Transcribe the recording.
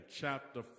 chapter